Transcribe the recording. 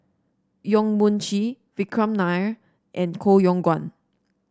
Yong Mun Chee Vikram Nair and Koh Yong Guan